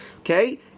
Okay